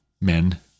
men